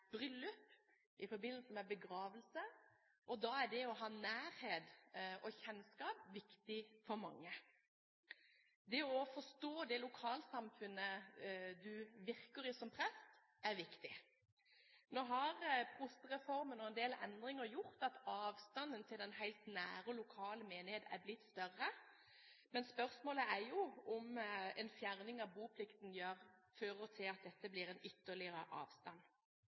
i forbindelse med begravelse. Da er det å ha nærhet og kjennskap viktig for mange. Det å forstå det lokalsamfunnet du virker i som prest, er viktig. Nå har Prostereformen og en del endringer gjort at avstanden til den helt nære lokale menighet er blitt større, men spørsmålet er jo om en fjerning av boplikten fører til en ytterligere avstand. Andre argumenter har vært at